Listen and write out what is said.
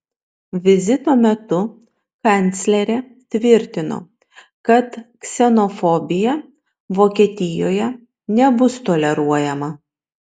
vizito metu kanclerė tvirtino kad ksenofobija vokietijoje nebus toleruojama